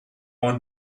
one